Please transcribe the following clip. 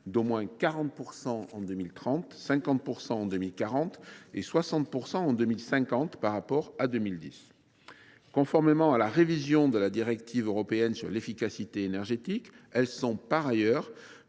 d’au moins 40 % en 2030, 50 % en 2040 et 60 % en 2050, et ce par rapport à la consommation de 2010. Conformément à la révision de la directive européenne sur l’efficacité énergétique, elles sont par ailleurs